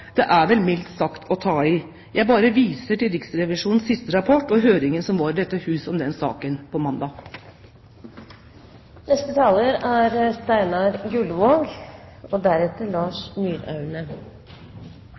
Det er vel mildt sagt å ta i. Jeg bare viser til Riksrevisjonens siste rapport og høringen som var i dette hus om den saken på